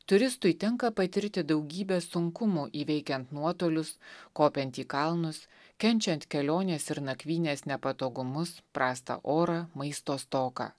turistui tenka patirti daugybę sunkumų įveikiant nuotolius kopiant į kalnus kenčiant kelionės ir nakvynės nepatogumus prastą orą maisto stoką